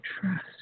trust